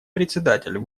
председатель